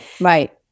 Right